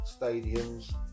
stadiums